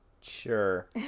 Sure